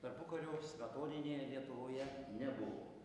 tarpukario smetoninėje lietuvoje nebuvo